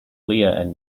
lea